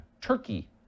Turkey